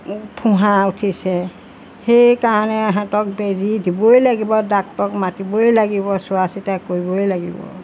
ফোঁহা উঠিছে সেইকাৰণে সিহঁতক বেজী দিবই লাগিব ডাক্তৰক মাতিবই লাগিব চোৱা চিতা কৰিবই লাগিব